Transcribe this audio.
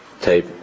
tape